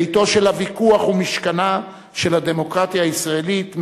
ביתו של הוויכוח ומשכנה של הדמוקרטיה הישראלית,